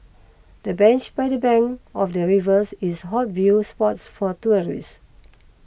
the bench by the bank of the rivers is hot view spots for tourists